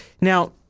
Now